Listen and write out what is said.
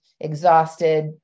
exhausted